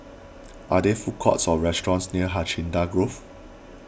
are there food courts or restaurants near Hacienda Grove